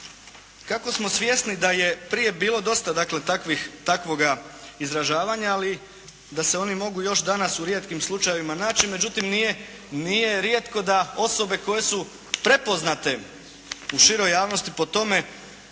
kako smo svjesni da je prije bilo dosta dakle takvoga izražavanja, ali da se oni mogu još danas u rijetkim slučajevima naći, međutim nije rijetko da osobe koje su prepoznate u široj javnosti po tome